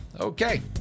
okay